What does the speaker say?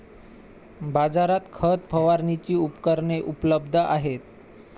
बाजारात खत फवारणीची उपकरणे उपलब्ध आहेत